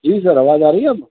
جی sir آواز آ رہی ہے اب